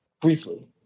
briefly